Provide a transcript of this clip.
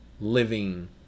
living